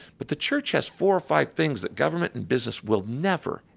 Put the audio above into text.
but the church has four or five things that government and business will never,